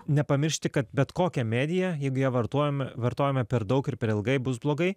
nepamiršti kad bet kokia medija jeigu ją vartojam vartojame per daug ir per ilgai bus blogai